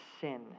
sin